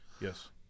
Yes